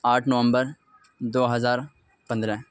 آٹھ نومبر دو ہزار پندرہ